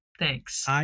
Thanks